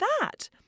that